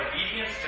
obedience